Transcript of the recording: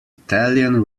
italian